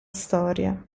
storia